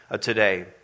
today